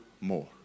more